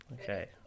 Okay